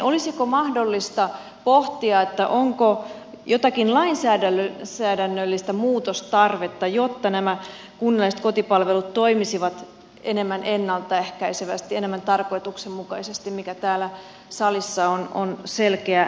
olisiko mahdollista pohtia onko jotakin lainsäädännöllistä muutostarvetta jotta nämä kunnalliset kotipalvelut toimisivat enemmän ennalta ehkäisevästi enemmän tarkoituksenmukaisesti mikä täällä salissa on selkeä tahtotila